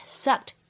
sucked